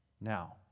Now